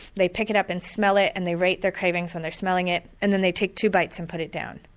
they pick it up and smell it and they rate their cravings when they're smelling it and then they take two bites and put it down.